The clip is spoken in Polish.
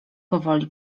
powoli